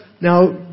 now